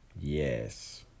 Yes